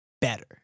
better